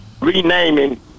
renaming